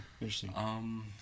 Interesting